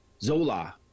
Zola